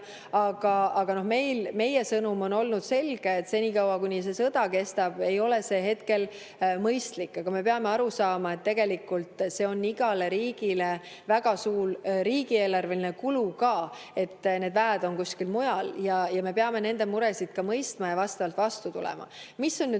Aga meie sõnum on olnud selge: senikaua, kuni see sõda kestab, ei ole see mõistlik. Aga me peame ka aru saama, et tegelikult see on igale riigile väga suur riigieelarveline kulu, et need väed on kuskil mujal, ja me peame nende muresid mõistma ja vastavalt vastu tulema. Mis on nüüd